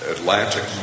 Atlantic